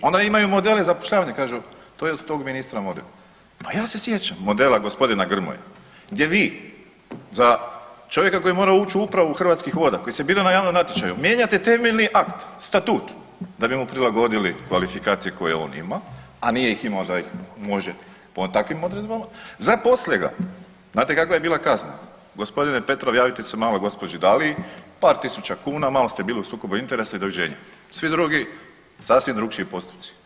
Onda imaju modele zapošljavanja, kažu to je od tog ministra model, pa ja se sjećam modela g. Grmoje gdje vi za čovjeka koji je morao uć u upravu Hrvatskih voda koji se bira na javnom natječaju mijenjate temeljni akt, statut da bi mu prilagodili kvalifikacije koje on ima, a nije ih imao da ih može po takvim odredbama, zaposle ga, znate kakva je bila kazna, g. Petrov javite se malo gđi. Daliji, par tisuća kuna, malo ste bili u sukobu interesa i doviđenja, svi drugi sasvim drukčiji postupci.